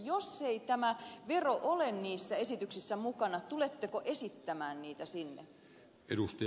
jos ei tämä vero ole niissä esityksissä mukana tuletteko esittämään sitä sinne